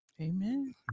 Amen